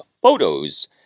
photos